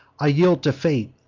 i yield to fate,